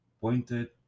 pointed